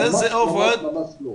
ממש ממש לא.